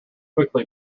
quickly